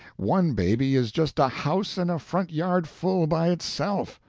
one baby is just a house and a front yard full by itself.